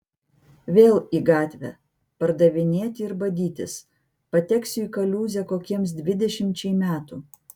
vėl į gatvę pardavinėti ir badytis pateksiu į kaliūzę kokiems dvidešimčiai metų